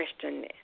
question